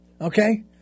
Okay